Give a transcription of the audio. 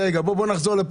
נחזור,